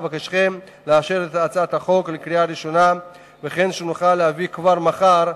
אבקשכם לאשר את הצעת החוק בקריאה הראשונה וכן שנוכל להביא כבר מחר,